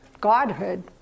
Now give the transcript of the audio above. godhood